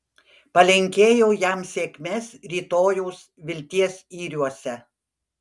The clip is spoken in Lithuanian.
palinkėjau jam sėkmės rytojaus vilties yriuose